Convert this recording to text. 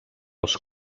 els